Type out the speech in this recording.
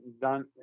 done